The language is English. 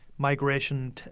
Migration